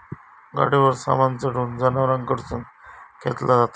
गाडीवर सामान चढवून जनावरांकडून खेंचला जाता